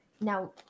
Now